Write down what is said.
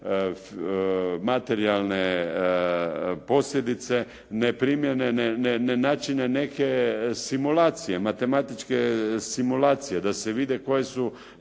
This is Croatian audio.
materijalne posljedice ne primjene, ne načine neke simulacije, matematičke simulacije da se vide koje su